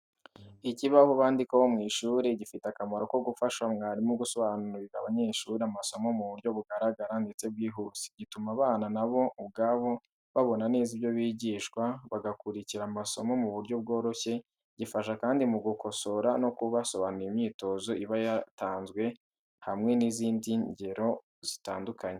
Ikibaho bandikaho mu ishuri gifite akamaro ko gufasha mwarimu gusobanurira abanyeshuri amasomo mu buryo bugaragara ndetse bwihuse. Gituma abana nabo ubwabo babona neza ibyo bigishwa, bagakurikira amasomo mu buryo bworoshye. Gifasha kandi mu gukosora no gusobanura imyitozo iba yatanzwe hamwe n’izindi ngero zitandukanye.